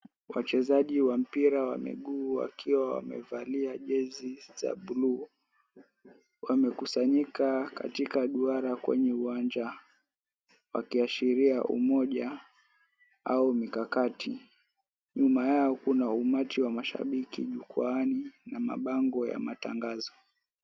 Wachezaji wa mpira wa miguu, wakiwa wamevalia jezi za buluu, wamekusanyika katika duara kwenye uwanja, wakiashiria umoja au mikakati. Nyuma yao, kuna umati wa mashabiki jukwaani na mabango ya matangazo.